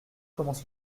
commence